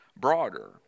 broader